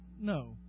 No